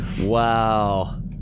Wow